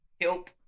Help